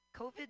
COVID